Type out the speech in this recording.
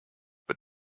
but